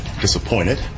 disappointed